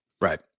Right